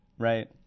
Right